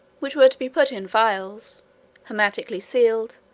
which were to be put in phials hermetically sealed,